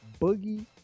boogie